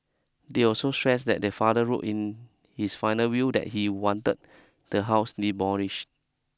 they also stressed that their father wrote in his final will that he wanted the house demolished